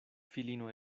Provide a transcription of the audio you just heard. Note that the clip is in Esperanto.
filino